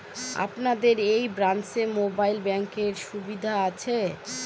আপনাদের এই ব্রাঞ্চে মোবাইল ব্যাংকের সুবিধে আছে?